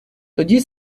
тоді